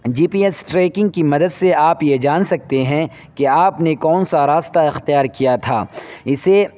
جی P S tracking کی مدد سے آپ یہ جان سکتے ہیں کہ آپ نے کون سا راستہ اختیار کیا تھا اسے